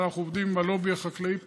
ואנחנו עובדים עם הלובי החקלאי פה,